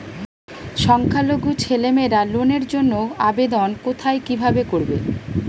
সংখ্যালঘু ছেলেমেয়েরা লোনের জন্য আবেদন কোথায় কিভাবে করবে?